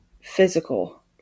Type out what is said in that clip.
physical